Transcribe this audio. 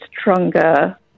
stronger